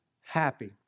happy